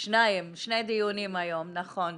שני דיונים היום, נכון.